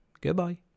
Goodbye